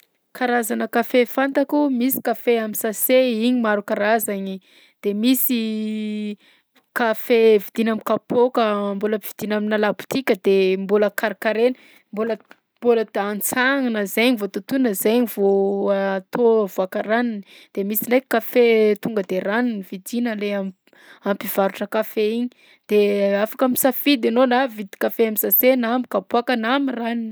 Karazana kafe fantako: misy kafe am' sase iny maro karazagny, de misy kafe vidiana am'kapoaka mbôla ampividiana aminà labotika de mbôla karakaraina, mbôla mbôla t- antsagnina zaigny vao totoina zaigny vao atao avoaka ranony. De misy ndraiky kafe tonga de ranony vidiana le am- a mpivarotra kafe igny de afaka misafidy anao na hividy café am'sase na am'kapoaka na am' ranony.